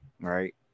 Right